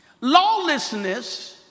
lawlessness